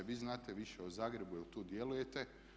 Vi znate više o Zagrebu, jer tu djelujete.